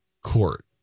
court